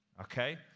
okay